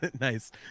Nice